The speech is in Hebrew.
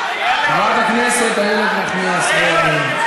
חברת הכנסת איילת נחמיאס ורבין,